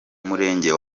murenge